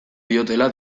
diotela